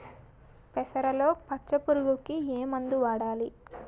పెసరలో పచ్చ పురుగుకి ఏ మందు వాడాలి?